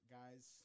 guys